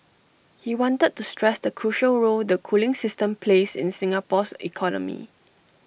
he wanted to stress the crucial role the cooling system plays in Singapore's economy